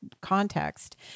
context